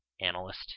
analyst